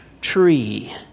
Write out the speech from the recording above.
tree